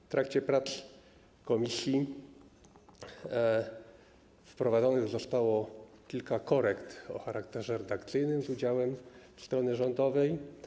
W trakcie prac komisji wprowadzonych zostało kilka korekt o charakterze redakcyjnym z udziałem strony rządowej.